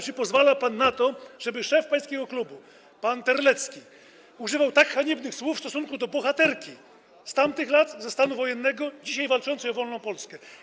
Czy pozwala pan na to, żeby szef pańskiego klubu, pan Terlecki, używał tak haniebnych słów w stosunku do bohaterki z tamtych lat, ze stanu wojennego, dzisiaj walczącej o wolną Polskę?